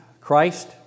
Christ